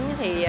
thì